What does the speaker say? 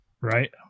right